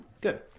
Good